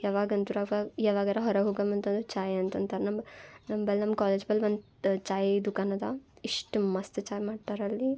ಯಾವಾಗಂದ್ರು ಅವಾಗ ಯಾವಾಗರ ಹೊರಗೆ ಹೋಗಮ್ ಅಂತಂದ್ರೆ ಚಾಯ್ ಅಂತ ಅಂತಾರೆ ನಮ್ಮ ನಂಬಲ್ ನಮ್ಮ ಕಾಲೇಜ್ ಬಲ್ ಒಂದು ಚಾಯಿ ದುಕಾನ್ ಅದ ಇಷ್ಟು ಮಸ್ತ್ ಚಾಯ್ ಮಾಡ್ತಾರಲ್ಲಿ